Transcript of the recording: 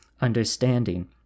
understanding